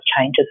changes